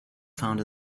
found